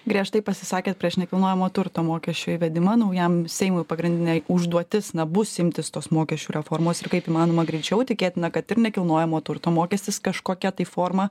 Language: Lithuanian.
griežtai pasisakėt prieš nekilnojamo turto mokesčio įvedimą naujam seimui pagrindinė užduotis na bus imtis tos mokesčių reformos ir kaip įmanoma greičiau tikėtina kad ir nekilnojamo turto mokestis kažkokia tai forma